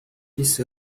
isso